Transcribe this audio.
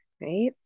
right